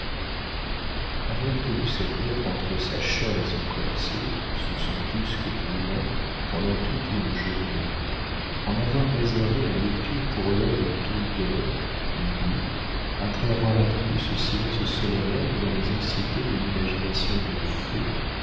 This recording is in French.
avoir tenu cette lettre entre sa chair et son corset sous son busc brûlant pendant toute une journée en avoir réservé la lecture pour l'heure où tout dort minuit après avoir attendu ce silence solennel dans les anxiétés d'une imagination de feu